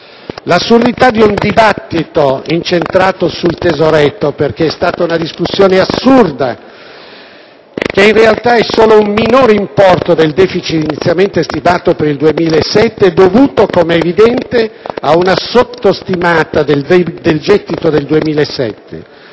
L'assurdità di un dibattito incentrato sul tesoretto (perché è stata una discussione assurda), che in realtà è solo un minore importo del*deficit* inizialmente stimato per il 2007, dovuto, come è evidente, a una sottostima del gettito 2007,